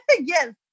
yes